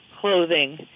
clothing